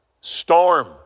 Storm